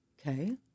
okay